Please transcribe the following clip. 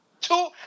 Two